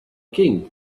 king